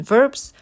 Verbs